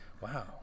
wow